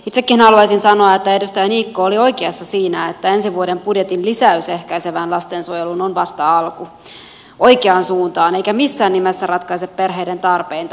itsekin haluaisin sanoa että edustaja niikko oli oikeassa siinä että ensi vuoden budjetin lisäys ehkäisevään lastensuojeluun on vasta alku oikeaan suuntaan eikä missään nimessä ratkaise perheiden tarpeita